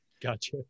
gotcha